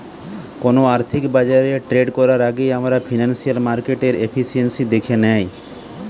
কোনো আর্থিক বাজারে ট্রেড করার আগেই আমরা ফিনান্সিয়াল মার্কেটের এফিসিয়েন্সি দ্যাখে নেয়